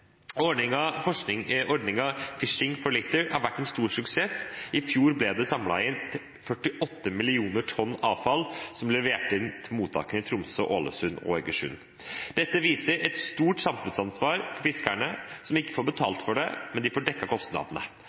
for Litter» har vært en stor suksess. I fjor ble det samlet inn 48 tonn avfall som ble levert inn til mottakene i Tromsø, Ålesund og Egersund. Dette viser et stort samfunnsansvar blant fiskerne, som ikke får betalt for det, men de får dekket kostnadene.